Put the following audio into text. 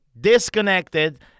disconnected